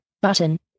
button